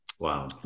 Wow